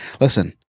listen